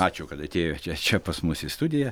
ačiū kad atėjote čia pas mus į studiją